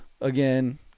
again